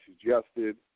suggested